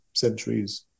Centuries